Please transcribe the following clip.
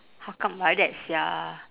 how come like that sia